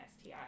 STI